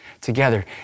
together